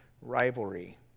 rivalry